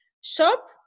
shop